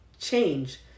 change